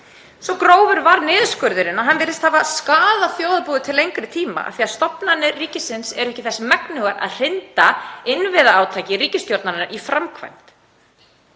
Svo grófur var niðurskurðurinn að hann virðist hafa skaðað þjóðarbúið til lengri tíma af því að stofnanir ríkisins eru ekki þess megnugar að hrinda innviðaátaki ríkisstjórnarinnar í framkvæmd.